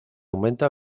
aumenta